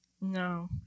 No